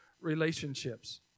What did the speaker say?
relationships